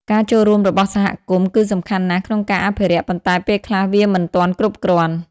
ការចូលរួមរបស់សហគមន៍គឺសំខាន់ណាស់ក្នុងការអភិរក្ស ប៉ុន្តែពេលខ្លះវាមិនទាន់គ្រប់គ្រាន់។